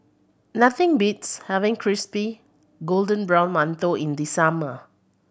nothing beats having crispy golden brown mantou in the summer